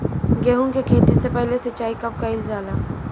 गेहू के खेती मे पहला सिंचाई कब कईल जाला?